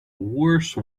worse